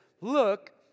Look